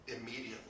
immediately